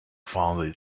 found